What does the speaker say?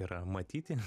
yra matyti